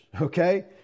Okay